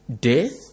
Death